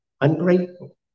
Ungrateful